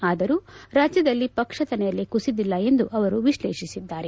ಆದರೂ ರಾಜ್ಯದಲ್ಲಿ ಪಕ್ಷದ ನೆಲೆ ಕುಸಿದಿಲ್ಲ ಎಂದು ಅವರು ವಿಶ್ಲೇಷಿಸಿದ್ದಾರೆ